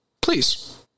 Please